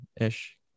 ish